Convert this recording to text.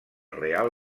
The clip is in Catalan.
real